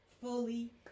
fully